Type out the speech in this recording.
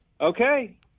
Okay